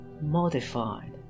modified